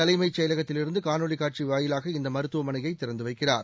தலைமைச் செயலகத்திலிருந்து காணொலிக் காட்சி வாயிலாக இந்த மருத்துவமனையை திறந்து வைக்கிறார்